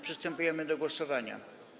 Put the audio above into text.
Przystępujemy do głosowania.